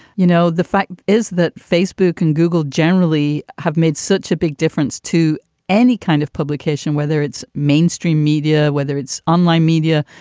you know, the fact is that facebook and google generally have made such a big difference to any kind of publication, whether it's mainstream media, whether it's online media,